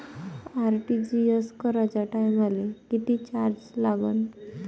RTGS कराच्या टायमाले किती चार्ज लागन?